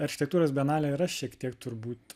architektūros banalė yra šiek tiek turbūt